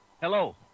Hello